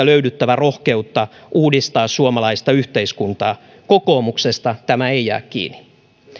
löydyttävä rohkeutta uudistaa suomalaista yhteiskuntaa kokoomuksesta tämä ei jää kiinni